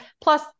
plus